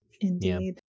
Indeed